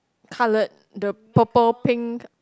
coloured the purple pink